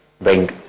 bring